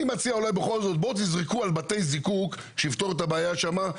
אני מציע שיזרקו על בתי הזיקוק לפתור את הבעיה שם.